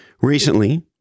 Recently